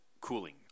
cooling